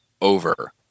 over